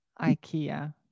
IKEA